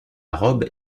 robe